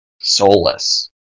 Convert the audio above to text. soulless